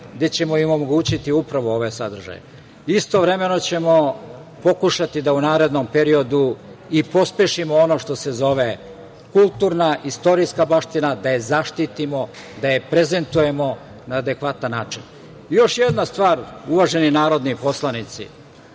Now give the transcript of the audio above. gde ćemo im omogućiti upravo ove sadržaje. Istovremeno ćemo pokušati da u narednom periodu i pospešimo ono što se zove kulturna, istorijska baština, da je zaštitimo, da je prezentujemo na adekvatan način. Još jedna stvar, uvaženi narodni poslanici,